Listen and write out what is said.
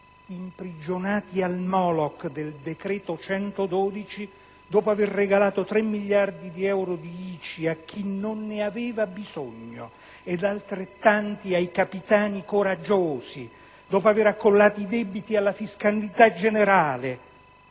imprigionati al moloc del decreto n. 112, dopo aver regalato tre miliardi di euro di ICI a chi non ne aveva bisogno ed altrettanti ai capitani coraggiosi, dopo avere accollato i debiti alla fiscalità generale